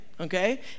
okay